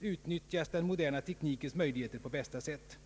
Utnyttjas den moderna teknikens möjligheter på bästa sätt?